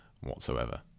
whatsoever